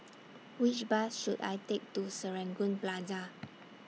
Which Bus should I Take to Serangoon Plaza